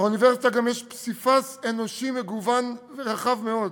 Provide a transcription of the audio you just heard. באוניברסיטה גם יש פסיפס אנושי מגוון ורחב מאוד: